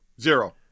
Zero